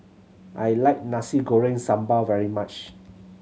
I like Nasi Goreng Sambal very much